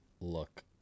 look